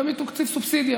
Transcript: ומתקצוב סובסידיה.